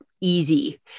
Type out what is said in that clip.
easy